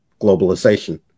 globalization